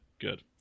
Good